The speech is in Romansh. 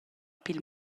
pil